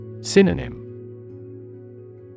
Synonym